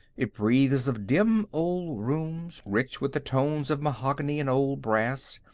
it breathes of dim old rooms, rich with the tones of mahogany and old brass,